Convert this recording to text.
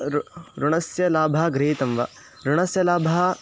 ऋ ऋणस्य लाभः गृहीतं वा ऋणस्य लाभः